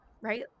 right